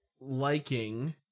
liking